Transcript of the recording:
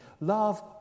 Love